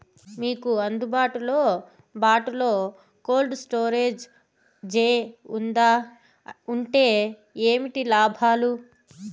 మీకు అందుబాటులో బాటులో కోల్డ్ స్టోరేజ్ జే వుందా వుంటే ఏంటి లాభాలు?